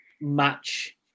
match